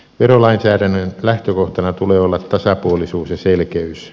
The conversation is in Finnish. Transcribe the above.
verolainsäädännön lähtökohtana tulee olla tasapuolisuus ja selkeys